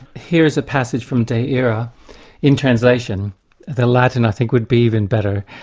here is a passage from de ira in translation the latin i think would be even better.